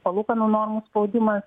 palūkanų normų spaudimas